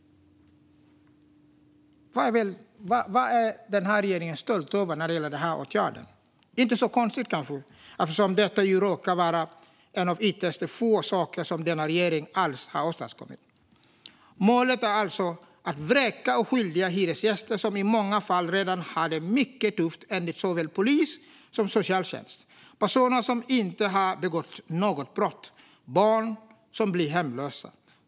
Vad är regeringen stolt över när det gäller den här åtgärden? Men det är kanske inte så konstigt eftersom detta råkar vara en av ytterst få saker som denna regering alls har åstadkommit. Målet är alltså att vräka oskyldiga hyresgäster, som i många fall redan har det mycket tufft enligt såväl polis som socialtjänst. Det är personer som inte har begått något brott och barn som blir hemlösa.